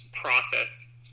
process